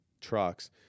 trucks